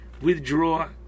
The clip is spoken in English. withdraw